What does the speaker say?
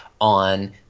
on